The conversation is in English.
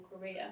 career